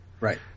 Right